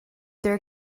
their